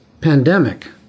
pandemic